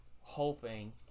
hoping